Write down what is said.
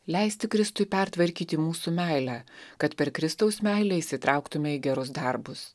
leisti kristui pertvarkyti mūsų meilę kad per kristaus meilę įsitrauktume į gerus darbus